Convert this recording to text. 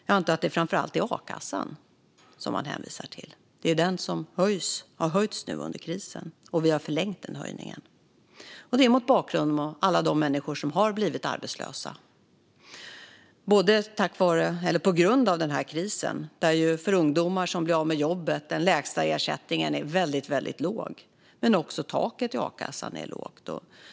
Jag antar att det framför allt är a-kassan som han hänvisar till. Den har höjts nu under krisen, och vi har förlängt den höjningen. Det har skett med tanke på alla de människor som har blivit arbetslösa på grund av krisen. För ungdomar som blir av med jobbet är den lägsta ersättningen väldigt låg, men också taket i a-kassan är lågt.